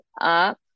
up